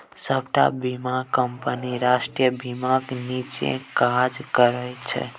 सबटा बीमा कंपनी राष्ट्रीय बीमाक नीच्चेँ काज करय छै